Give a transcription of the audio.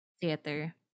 theater